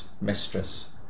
mistress